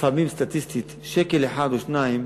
לפעמים, סטטיסטית, שקל אחד או שניים